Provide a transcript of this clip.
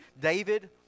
David